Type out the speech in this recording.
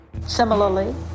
Similarly